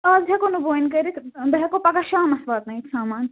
آز ہٮ۪کو نہٕ بہٕ ونۍ کٔرِتھ بہٕ ہٮ۪کو پگاہ شامس واتنٲیِتھ سامان